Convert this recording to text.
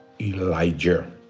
Elijah